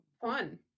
Fun